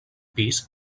pis